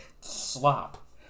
slop